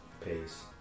Peace